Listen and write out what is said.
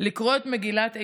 לקרוא את מגילת איכה,